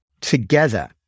together